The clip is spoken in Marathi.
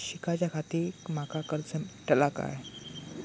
शिकाच्याखाती माका कर्ज मेलतळा काय?